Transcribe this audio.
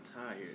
tired